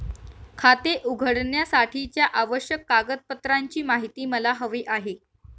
खाते उघडण्यासाठीच्या आवश्यक कागदपत्रांची माहिती मला हवी आहे